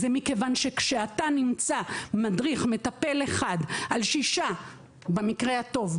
זה מכיוון שכשנמצא מדריך או מטפל אחד על שישה במקרה הטוב,